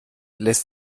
lässt